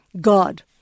God